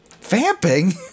Vamping